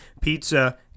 Pizza